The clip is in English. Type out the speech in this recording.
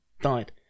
died